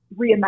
reimagine